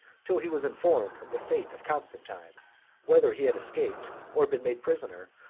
till he was informed of the fate of constantine whether he had escaped, or been made prisoner,